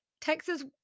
Texas